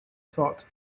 thought